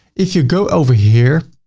if you go over here,